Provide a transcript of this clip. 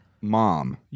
mom